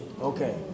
Okay